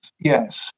yes